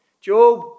Job